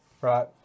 Right